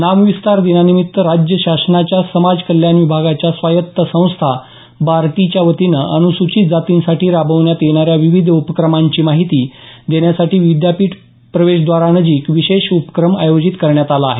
नामविस्तार दिनानिमित्त राज्य शासनाच्या समाज कल्याण विभागाची स्वायत्त संस्था बार्टीच्या वतीनं अनुसूचित जातींसाठी राबवण्यात येणाऱ्या विविध उपक्रमांची माहिती देण्यासाठी विद्यापीठ प्रवेशद्वारा नजिक विशेष उपक्रम आयोजित करण्यात आला आहे